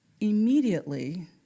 immediately